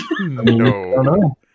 No